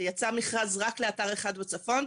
יצא מכרז רק לאתר אחד בצפון,